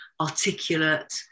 Articulate